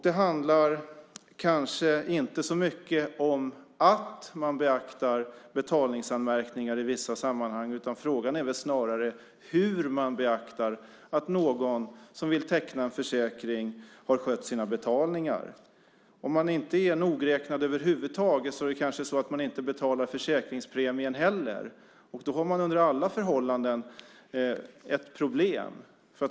Det handlar kanske inte så mycket om att man beaktar betalningsanmärkningar i vissa sammanhang. Frågan är snarare hur man beaktar att någon som vill teckna en försäkring har skött sina betalningar. Om man över huvud taget inte är nogräknad kanske man inte heller betalar försäkringspremien. Då har man under alla förhållanden ett problem.